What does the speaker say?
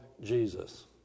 Jesus